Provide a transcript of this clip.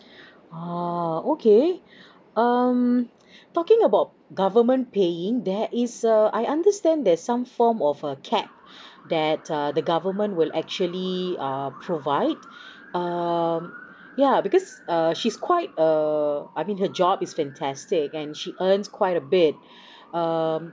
ah okay um talking about government paying there is err I understand there's some form of a cap that err the government will actually err provide um yeah because uh she's quite err I mean her job is fantastic and she earns quite a bit um